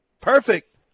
perfect